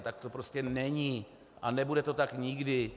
Tak to prostě není a nebude to tak nikdy.